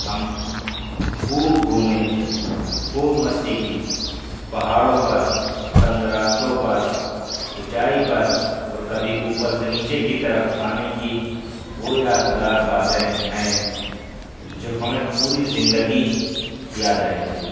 ہم خوب گھومے خوب مستی کی پہاڑوں پر تنگ راستوں پر اونچائی پر اور کبھی اوپر سے نیچے کی طرف آنے کی وہ یادگار باتیں ہیں جو ہمیں پوری زندگی یاد رہیں گی